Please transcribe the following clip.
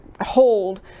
hold